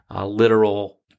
literal